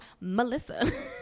Melissa